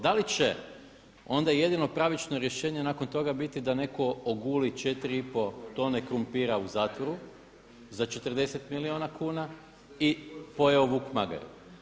Da li će onda jedino pravično rješenje nakon toga biti da netko oguli četiri i pol tone krumpira u zatvoru za 40 milijuna kuna i pojeo vuk magare.